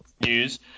news